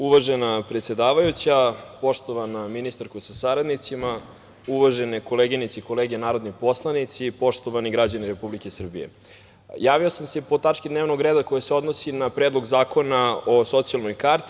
Uvažena predsedavajuća, poštovana ministarko sa saradnicima, uvažene koleginice i kolege narodni poslanici, poštovani građani Republike Srbije, javio sam se po tački dnevnog reda koja se odnosi na Predlog zakona o socijalnoj karti.